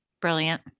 Brilliant